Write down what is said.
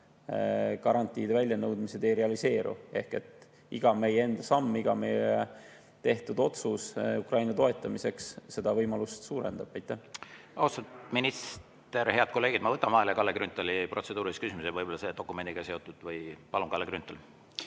garantiide väljanõudmine ei realiseeru. Ehk iga meie enda samm, iga meie tehtud otsus Ukraina toetamiseks seda võimalust suurendab. Austatud minister, head kolleegid, ma võtan vahele Kalle Grünthali protseduurilise küsimuse, võib-olla on see dokumendiga seotud. Palun, Kalle Grünthal!